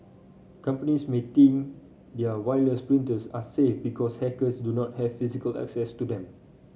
companies may think their wireless printers are safe because hackers do not have physical access to them